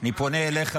אני פונה אליך,